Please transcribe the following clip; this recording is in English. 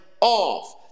off